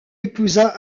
épousa